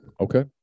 Okay